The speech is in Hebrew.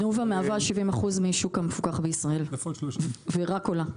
תנובה מהווה 70% מהשוק המפוקח בישראל והיא רק עולה.